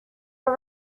are